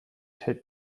take